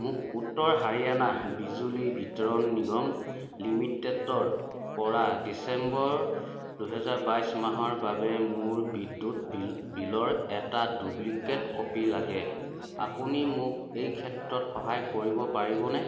মোক উত্তৰ হাৰিয়ানা বিজলী বিতৰণ নিগম লিমিটেডৰপৰা ডিচেম্বৰ দুহেজাৰ বাইছ মাহৰ বাবে মোৰ বিদ্যুৎ বিলৰ এটা ডুপ্লিকেট কপি লাগে আপুনি মোক এই ক্ষেত্ৰত সহায় কৰিব পাৰিবনে